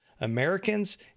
Americans